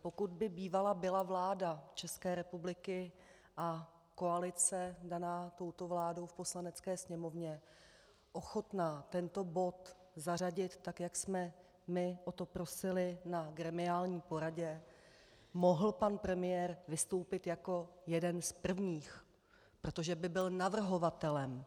Pokud by bývala byla vláda České republiky a koalice daná touto vládou v Poslanecké sněmovně ochotná tento bod zařadit, tak jak jsme my o to prosili na gremiální poradě, mohl pan premiér vystoupit jako jeden z prvních, protože by byl navrhovatelem.